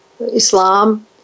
Islam